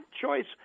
choice